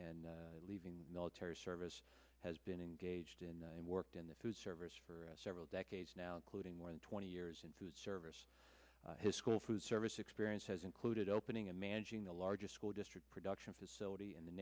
and leaving military service has been engaged in worked in the food service for several decades now including more than twenty years in food service his school food service experience has included opening and managing the largest school district production facility in the